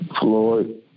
Floyd